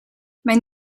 mijn